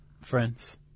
friends